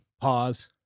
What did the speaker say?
pause